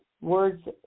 words